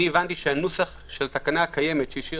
הבנתי שהנוסח של התקנה הקיימת,